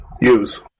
use